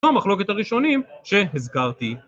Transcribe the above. המחלוקת הראשונים שהזכרתי.